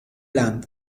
land